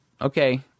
Okay